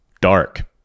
Dark